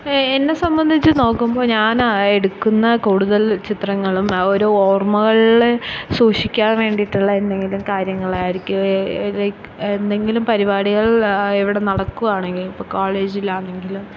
എന്നെ സംബദ്ധിച്ച് നോക്കുമ്പോൾ ഞാൻ ആ എടുക്കുന്ന കൂടുതൽ ചിത്രങ്ങളും ആ ഒരോർമ്മകളില് സൂക്ഷിക്കാൻ വേണ്ടിയിട്ടുള്ള എന്തെങ്കിലും കാര്യങ്ങളായിരിക്കും ലൈക്ക് എന്തെങ്കിലും പരിപാടികൾ എവിടെ നടക്കുവാണെങ്കിലും ഇപ്പം കോളേജിലാണെങ്കിലും